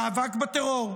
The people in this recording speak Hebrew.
מאבק בטרור,